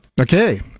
Okay